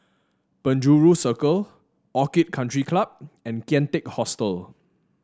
Penjuru Circle Orchid Country Club and Kian Teck Hostel